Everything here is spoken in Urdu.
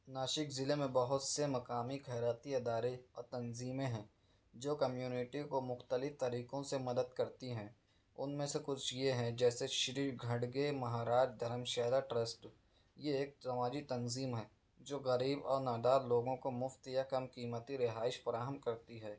ناسک ضلعے میں بہت سے مقامی خیراتی ادارے اور تنظیمیں ہیں جو کمیونٹی کو مختلف طریقوں سے مدد کرتی ہیں ان میں سے کچھ یہ ہیں جیسے شری گھڈگے مہاراج دھرم شیرا ٹرسٹ یہ ایک سماجی تنظیم ہے جو غریب اور نادار لوگوں کو مفت یا کم قیمتی رہائش فراہم کرتی ہے